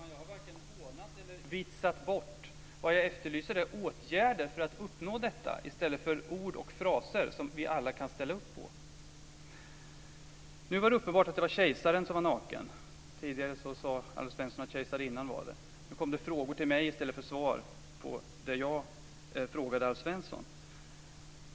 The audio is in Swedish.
Fru talman! Jag har varken hånat eller vitsat bort någonting. Vad jag efterlyser är åtgärder för att uppnå detta i stället för ord och fraser som vi alla kan ställa upp på. Nu var det uppenbart att det var kejsaren som var naken. Tidigare sade Alf Svensson att kejsarinnan var det. Nu kom det frågor till mig i stället för svar på det jag frågade Alf Svensson om.